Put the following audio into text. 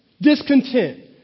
Discontent